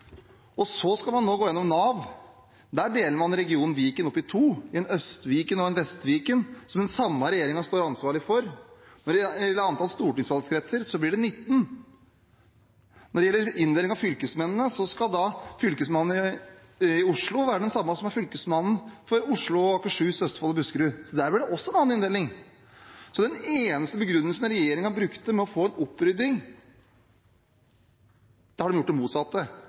tall. Så skal man nå gå gjennom Nav. Der deler man region Viken opp i to, en Øst-Viken og en Vest-Viken, som den samme regjeringen står ansvarlig for. Når det gjelder antall stortingsvalgkretser, blir det 19, og når det gjelder inndeling av fylkesmennene, skal fylkesmannen i Oslo være den samme som fylkesmannen for Oslo, Akershus, Østfold og Buskerud, så der blir det også en annen inndeling. Så den eneste begrunnelsen regjeringen brukte, å få en opprydding, har de gjort det motsatte